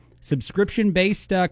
subscription-based